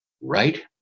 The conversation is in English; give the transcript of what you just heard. right